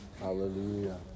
Hallelujah